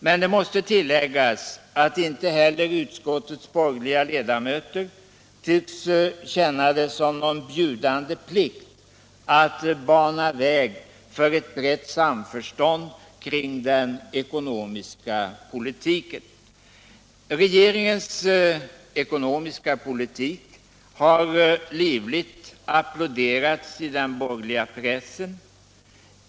Men det måste tilläggas att inte heller utskottets borgerliga ledamöter tycks känna det som någon bjudande plikt att bana väg för ett brett samförstånd kring den ekonomiska politiken. Regeringens ekonomiska politik har livligt applåderats i den borgerliga pressen.